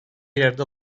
yerde